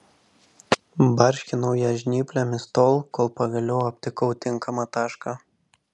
barškinau ją žnyplėmis tol kol pagaliau aptikau tinkamą tašką